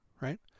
Right